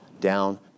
down